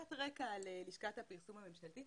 קצת רקע על לשכת הפרסום הממשלתית.